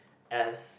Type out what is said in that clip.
as